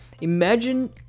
imagine